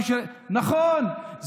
נכון,